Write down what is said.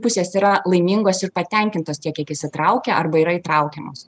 pusės yra laimingos ir patenkintos tiek kiek įsitraukia arba yra įtraukiamos